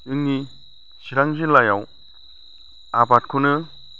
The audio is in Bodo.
जोंनि चिरां जिल्लायाव आबादखौनो